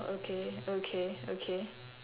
okay okay okay